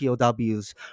POWs